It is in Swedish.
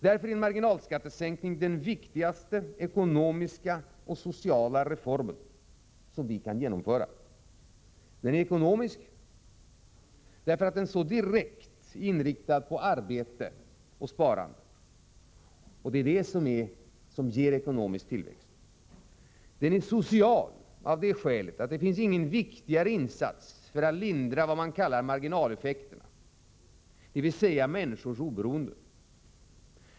En marginalskattesänkning är därför den viktigaste ekonomiska och sociala reform som vi kan genomföra. Den är ekonomisk, därför att den så direkt är inriktad på arbete och sparande och det är det som ger ekonomisk tillväxt. Den är social av det skälet att det inte finns någon viktigare insats för att lindra vad man kallar marginaleffekterna och öka människornas oberoende.